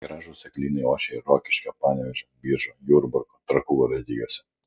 gražūs eglynai ošia ir rokiškio panevėžio biržų jurbarko trakų urėdijose